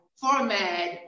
Format